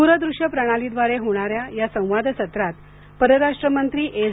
दूरदृश्य प्रणालीद्वारे होणाऱ्या या संवादसत्रात परराष्ट्रमंत्री एस